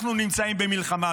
אנחנו נמצאים במלחמה,